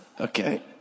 Okay